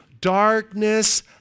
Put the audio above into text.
darkness